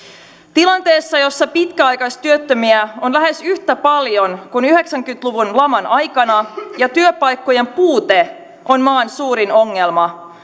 tilanteessa jossa pitkäaikaistyöttömiä on lähes yhtä paljon kuin yhdeksänkymmentä luvun laman aikana ja työpaikkojen puute on maan suurin ongelma